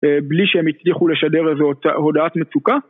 בלי שהם יצליחו לשדר איזו הודעת מצוקה.